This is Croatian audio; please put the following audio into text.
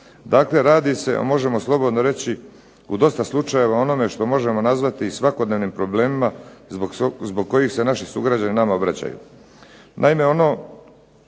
Dakle, radi se o možemo slobodno reći u dosta slučajeva onome što možemo nazvati svakodnevnim problemima zbog kojih se naši sugrađani nama obraćaju. Naime, ono